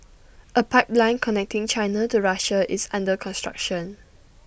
A pipeline connecting China to Russia is under construction